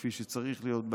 כפי שצריך להיות,